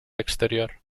exterior